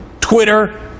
Twitter